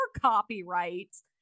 copyrights